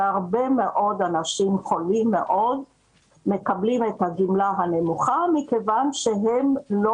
והרבה מאוד אנשים חולים מאוד מקבלים את הגמלה הנמוכה מכיוון שהם לא